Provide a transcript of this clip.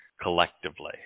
collectively